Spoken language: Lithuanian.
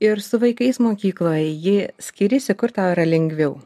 ir su vaikais mokykloj ji skiriasi kur tau yra lengviau